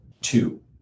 two